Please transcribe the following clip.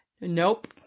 Nope